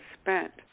spent